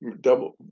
double